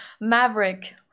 Maverick